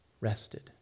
rested